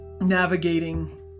navigating